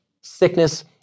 sickness